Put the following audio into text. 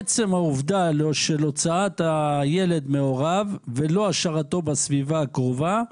עצם העובדה של הוצאת הילד מהוריו ולא השארתו בסביבה הקרובה,